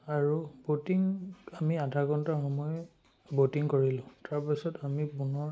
আৰু ব'টিং আমি আধা ঘণ্টা সময় ব'টিং কৰিলোঁ তাৰপিছত আমি পুনৰ